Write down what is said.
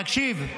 תקשיב,